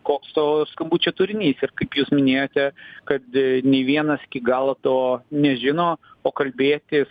koks to skambučio turinys ir kaip jūs minėjote kad nei vienas iki galo to nežino o kalbėtis